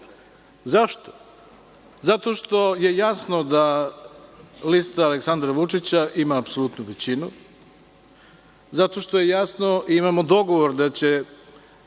Zašto? Zato što je jasno da lista Aleksandra Vučića ima apsolutnu većinu. Zato što je jasno i imamo dogovor da će